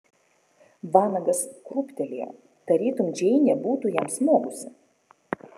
vanagas krūptelėjo tarytum džeinė būtų jam smogusi